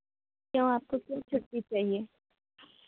क्यों आपको क्यों छुट्टी चाहिए